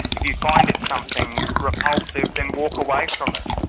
if you find it something repulsive, then walk away from it.